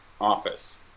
office